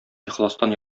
ихластан